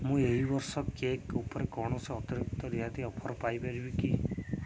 ମୁଁ ଏହି ବର୍ଷ କେକ୍ ଉପରେ କୌଣସି ଅତିରିକ୍ତ ରିହାତି ଅଫର୍ ପାଇ ପାରିବି କି